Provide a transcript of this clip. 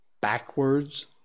Backwards